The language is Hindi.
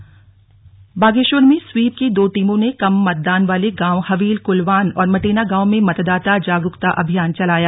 स्लग मतदाता जागरूकता बागेश्वर में स्वीप की दो टीमों ने कम मतदान वाले गांव हवील कुलवान और मटेना गांव में मतदाता जागरूकता अभियान चलाया